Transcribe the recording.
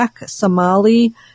Somali